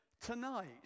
tonight